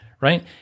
Right